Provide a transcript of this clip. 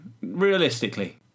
Realistically